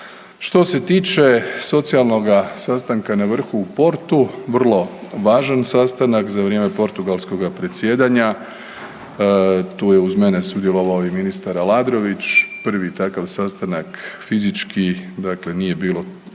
Što se tiče socijalnoga sastanka na vrhu u Portu, vrlo važan sastanak za vrijeme portugalskoga predsjedanja. Tu je uz mene sudjelovao i ministar Aladrović, prvi takav sastanak, fizički, dakle nije bilo